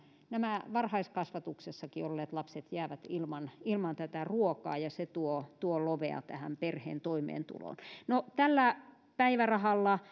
nämä varhaiskasvatuksessakin olleet lapset jäävät ilman ilman tätä ruokaa ja se tuo tuo lovea perheen toimeentuloon no tällä päivärahalla